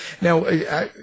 Now